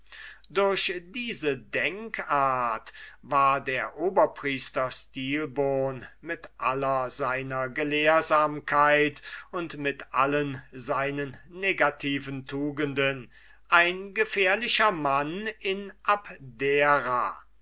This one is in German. durch diese denkart war der oberpriester stilbon mit aller seiner gelehrsamkeit und mit allen seinen negativen tugenden ein gefährlicher mann in abdera